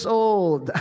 old